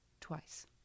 twice